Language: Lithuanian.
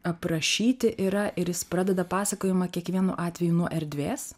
aprašyti yra ir jis pradeda pasakojimą kiekvienu atveju nuo erdvės